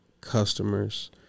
customers